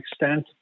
extent